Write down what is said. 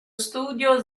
studio